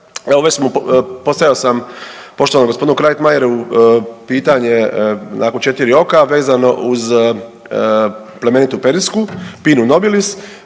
evo već smo postavio sam poštovanom gospodinu Krajtmajeru pitanje onako u 4 oka vezano uz plemenitu perisku, Pinnu nobilis